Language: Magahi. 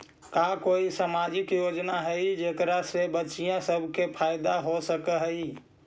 का कोई सामाजिक योजना हई जेकरा से बच्चियाँ सब के फायदा हो सक हई?